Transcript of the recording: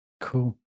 cool